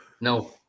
No